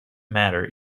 matter